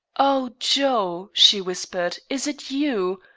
oh, joe! she whispered, is it you?